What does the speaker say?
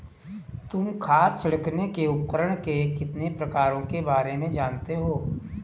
तुम खाद छिड़कने के उपकरण के कितने प्रकारों के बारे में जानते हो?